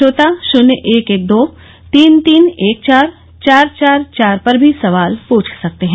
श्रोता शून्य एक एक दो तीन तीन एक चार चार चार चार पर भी सवाल पूछ सकते हैं